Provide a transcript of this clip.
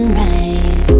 right